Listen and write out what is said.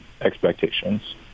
expectations